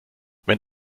wenn